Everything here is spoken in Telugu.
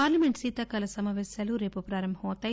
పార్లమెంట్ శీతాకాల సమాపేశాలు రేపు ప్రారంభమౌతున్నాయి